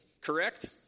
correct